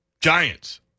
Giants